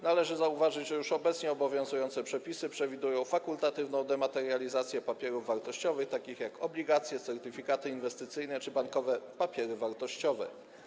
Należy zauważyć, że już obecnie obowiązujące przepisy przewidują fakultatywną dematerializację papierów wartościowych, takich jak obligacje, certyfikaty inwestycyjne czy bankowe papiery wartościowe.